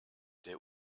der